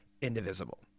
Indivisible